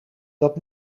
dat